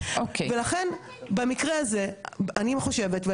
אני חושבת ואנחנו מתקרבים ל- 30 ביוני שבו נגמרת תקופת ההתארגנות,